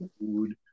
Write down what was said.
food